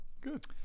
Good